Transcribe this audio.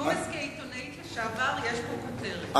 ג'ומס, כעיתונאית לשעבר: יש פה כותרת.